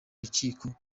rukino